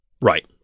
Right